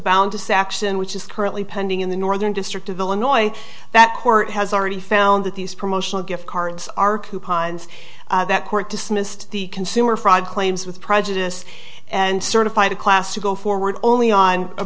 bound to say action which is currently pending in the northern district of illinois that court has already found that these promotional gift cards are coupons that court dismissed the consumer fraud claims with prejudice and certified a class to go forward only on a